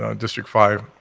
ah district five.